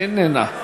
איננה,